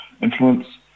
influence